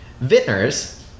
Vintners